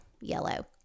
yellow